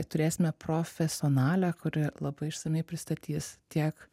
turėsime profesionalę kuri labai išsamiai pristatys tiek